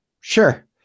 Sure